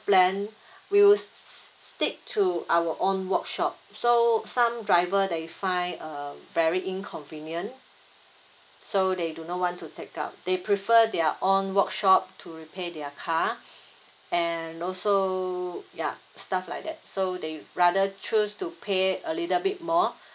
plan we will stick to our own workshop so some driver they find err very inconvenient so they do not want to take up they prefer their own workshop to repair their car and also ya stuff like that so they rather choose to pay a little bit more